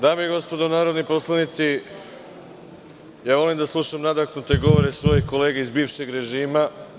Dame i gospodo narodni poslanici, volim da slušam nadahnute govore svojih kolega iz bivšeg režima.